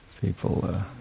people